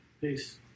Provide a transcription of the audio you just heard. Peace